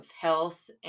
health